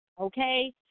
okay